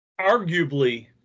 arguably